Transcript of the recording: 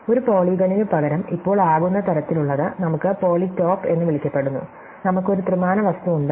ഒരു പോളിഗണിനു പകരം ഇപ്പോൾ ആകുന്ന തരത്തിലുള്ളത് നമുക്ക് പോളിറ്റോപ്പ് എന്ന് വിളിക്കപ്പെടുന്നു നമുക്ക് ഒരു ത്രിമാന വസ്തു ഉണ്ട്